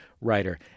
writer